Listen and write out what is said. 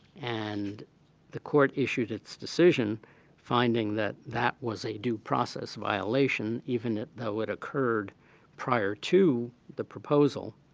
and the court issued its decision finding that that was a due process violation even if that would occurred prior to the proposal.